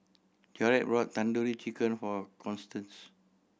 Jarrett bought Tandoori Chicken for Constance